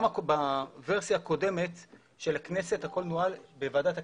כשבוורסיה הקודמת של הכנסת הכל נוהל בוועדת הכלכלה.